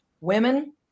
women